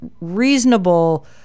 reasonable